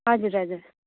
हजुर हजुर